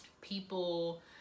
people